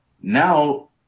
Now